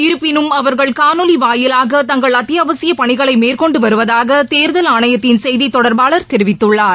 இருப்பினும் அவர்கள் காணொலி வாயிலாக தங்கள் அத்தியாவசிய பணிகளை மேற்கொண்டு வருவதாக தேர்தல் ஆணையத்தின் செய்தி தொடர்பாளர் தெரிவித்துள்ளார்